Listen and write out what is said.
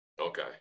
okay